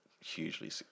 hugely